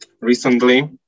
recently